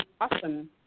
awesome